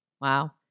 Wow